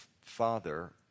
father